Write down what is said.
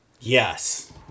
Yes